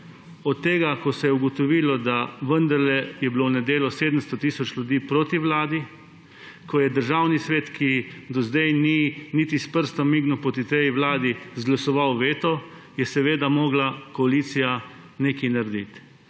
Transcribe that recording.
strank, ko se je ugotovilo, da je vendarle bilo v nedeljo 700 tisoč ljudi proti vladi, ko je Državni svet, ki do zdaj ni niti s prstom mignil proti tej vladi, izglasoval veto, je seveda morala koalicija nekaj narediti.